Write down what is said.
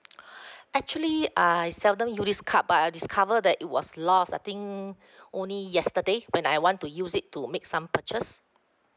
actually I seldom use this card but I discovered that it was lost I think only yesterday when I want to use it to make some purchase